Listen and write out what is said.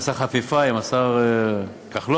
שעשה חפיפה עם השר כחלון,